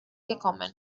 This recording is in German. gekommen